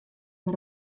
mei